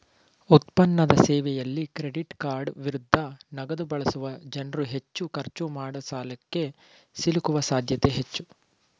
ಉತ್ಪನ್ನದ ಸೇವೆಯಲ್ಲಿ ಕ್ರೆಡಿಟ್ಕಾರ್ಡ್ ವಿರುದ್ಧ ನಗದುಬಳಸುವ ಜನ್ರುಹೆಚ್ಚು ಖರ್ಚು ಮಾಡಿಸಾಲಕ್ಕೆ ಸಿಲುಕುವ ಸಾಧ್ಯತೆ ಹೆಚ್ಚು